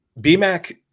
BMAC